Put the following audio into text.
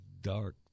dark